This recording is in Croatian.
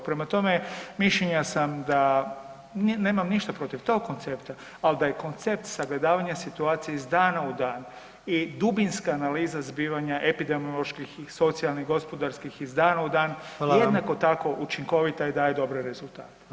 Prema tome, mišljenja sam da nemam ništa protiv tog koncepta, al da je koncept sagledavanje situacije iz dana u dan i dubinska analiza zbivanja epidemioloških i socijalnih i gospodarskih iz dana [[Upadica: Hvala vam]] u dan jednako tako učinkovita i daje dobre rezultate.